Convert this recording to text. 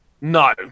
No